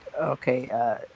Okay